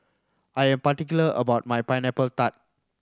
I am particular about my Pineapple Tart